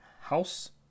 House